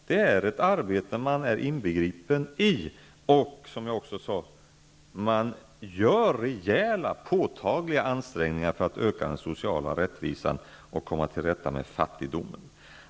Detta är ett arbete man är inbegripen i, och man gör, vilket jag tidigare sade, påtagliga och rejäla ansträngningar för att öka den sociala rättvisan och komma till rätta med fattigdomen.